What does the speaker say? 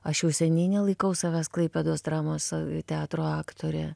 aš jau seniai nelaikau savęs klaipėdos dramos teatro aktorė